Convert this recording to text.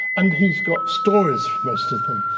and he's got stories for most of them.